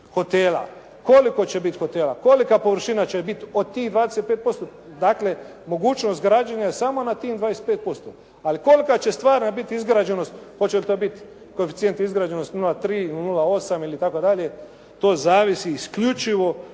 hotela, koliko će biti hotela, kolika površina će biti od tih 25%. Dakle, mogućnost građenja je samo na tih 25%. Ali kolika će stvarna biti izgrađenost, hoće li to biti koeficijent izgrađenosti 0,3, 0,8 ili tako dalje, to zavisi isključivo od